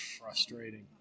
frustrating